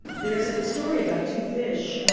there is a story about two fish,